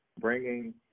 bringing